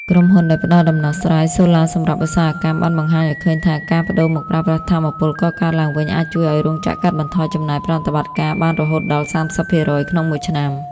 ក្រុមហ៊ុនដែលផ្ដល់ដំណោះស្រាយសូឡាសម្រាប់ឧស្សាហកម្ម បានបង្ហាញឱ្យឃើញថា ការប្ដូរមកប្រើប្រាស់ថាមពលកកើតឡើងវិញអាចជួយឱ្យរោងចក្រកាត់បន្ថយចំណាយប្រតិបត្តិការបានរហូតដល់ ៣០% ក្នុងមួយឆ្នាំ។